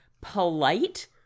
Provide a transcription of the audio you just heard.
polite